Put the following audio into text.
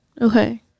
Okay